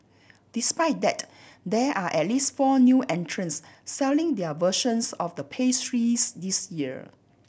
despite that there are at least four new entrants selling their versions of the pastries this year